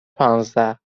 پانزده